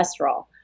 cholesterol